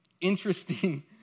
interesting